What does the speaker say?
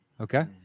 Okay